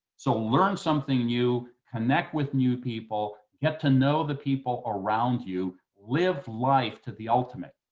so learn something new. connect with new people. get to know the people around you. live life to the ultimate.